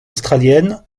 australienne